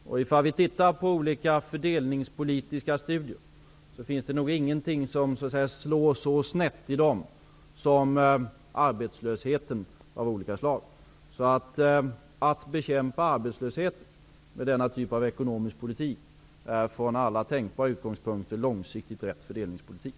Om vi tittar på olika fördelningspolitiska studier, finner vi att det nog inte är någonting som slår så snett som arbetslösheten. Att bekämpa arbetslösheten med denna typ av ekonomisk politik är, från alla tänkbara utgångspunkter, en långsiktigt riktig fördelningspolitik.